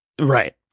Right